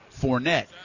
Fournette